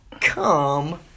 come